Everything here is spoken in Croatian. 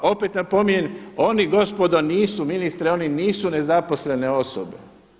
Opet napominjem, oni gospodo, nisu, ministre oni nisu nezaposlene osobe.